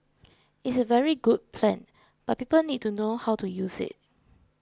is a very good plan but people need to know how to use it